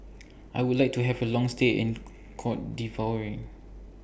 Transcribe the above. I Would like to Have A Long stay in Cote D'Ivoire